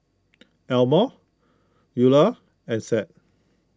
Elmore Ula and Seth